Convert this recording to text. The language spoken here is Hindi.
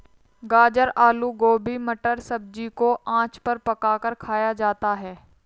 गाजर आलू गोभी मटर सब्जी को आँच पर पकाकर खाया जाता है